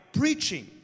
preaching